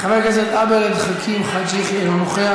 חבר הכנסת עבד אל חכים חאג' יחיא, אינו נוכח.